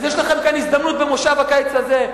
אז יש לכם כאן הזדמנות במושב הקיץ הזה,